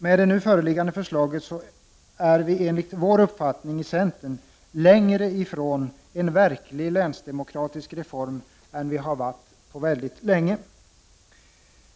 Med det nu föreliggande förslaget är vi enligt centerns uppfattning längre ifrån en verklig länsdemokratisk reform än vi varit på mycket länge.